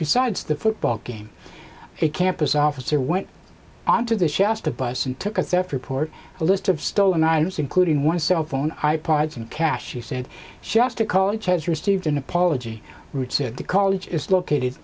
besides the football game a campus officer went onto the shasta bus and took a theft report a list of stolen items including one cellphone i pods and cash she said shasta college has received an apology routes to college is located